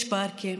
יש פארקים,